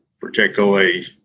particularly